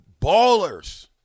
ballers